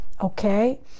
Okay